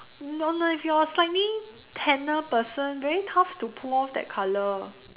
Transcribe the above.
no no if you are a slightly tanner person very tough to pull off that colour